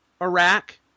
Iraq